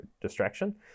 distraction